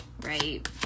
right